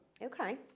okay